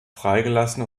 freigelassen